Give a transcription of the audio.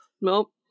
Nope